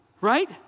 right